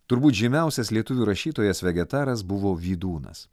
turbūt žymiausias lietuvių rašytojas vegetaras buvo vydūnas